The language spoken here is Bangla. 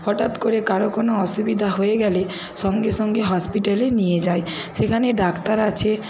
হঠাৎ করে কারোর কোনো অসুবিধা হয়ে গেলে সঙ্গে সঙ্গে হসপিটালে নিয়ে যাই সেখানে ডাক্তার আছে